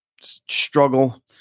struggle